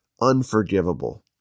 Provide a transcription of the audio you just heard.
unforgivable